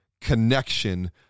connection